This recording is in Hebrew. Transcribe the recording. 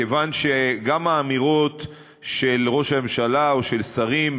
כיוון שגם האמירות של ראש הממשלה או של שרים,